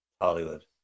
hollywood